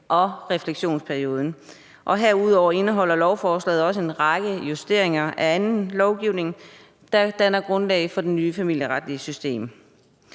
og refleksionsperioden. Herudover indeholder lovforslaget også en række justeringer af anden lovgivning, der danner grundlag for det nye familieretlige system.